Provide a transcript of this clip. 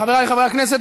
חבריי חברי הכנסת,